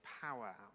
power